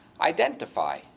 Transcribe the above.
identify